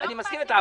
אני מסכים איתך.